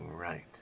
right